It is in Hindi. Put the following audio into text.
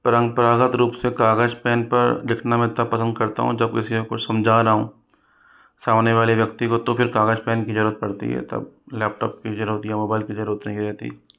परंपरागत रूप से कागज़ पेन पर लिखना मैं तब पसंद करता हूँ जब किसी एक को समझा रहा हूँ सामने वाले व्यक्ति को तो फिर कागज़ पेन की ज़रूरत पड़ती है तब लैपटॉप की ज़रूरत या मोबाइल की ज़रूरत नहीं रहती